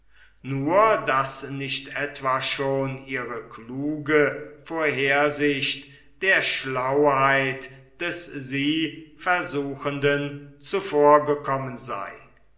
nur daß nicht etwa schon ihre kluge vorhersicht der schlauheit des versuchenden zuvorgekommen sei